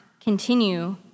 continue